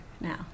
now